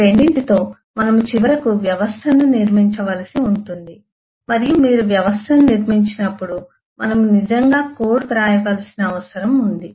ఈ రెండింటి తో మనము చివరకు వ్యవస్థను నిర్మించవలసి ఉంటుంది మరియు మీరు వ్యవస్థను నిర్మించినప్పుడు మనము నిజంగా కోడ్ వ్రాయవలసిన అవసరం ఉంటుంది